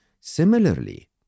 Similarly